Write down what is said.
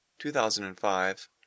2005